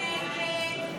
47 בעד, 58 נגד.